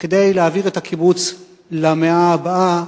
כדי להעביר את הקיבוץ למאה הבאה,